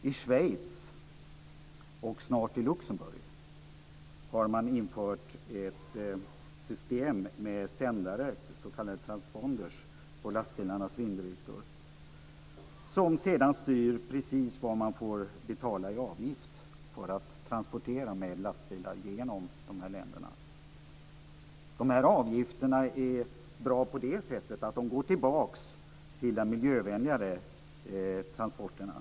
I Schweiz, och snart i Luxemburg, har man infört ett system med sändare, s.k. transpondrar, på lastbilarnas vindrutor som sedan styr precis vilken avgift man får betala för att transportera med lastbilar genom de här länderna. De här avgifterna är bra på det sättet att de går tillbaka till de miljövänligare transporterna.